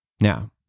Now